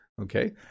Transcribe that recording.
Okay